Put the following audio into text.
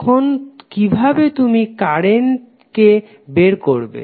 তখন কিভাবে তুমি কারেন্ট কে বের করবে